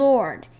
Lord